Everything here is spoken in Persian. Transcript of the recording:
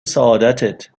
سعادتت